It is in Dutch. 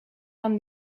van